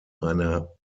einer